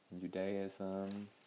Judaism